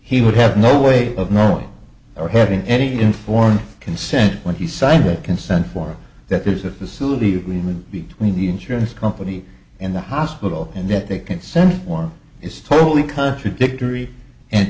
he would have no way of knowing or having any informed consent when he signed a consent form that there's a facility agreement between the insurance company and the hospital and that they consent one is totally contradictory and